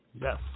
Yes